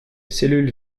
cellules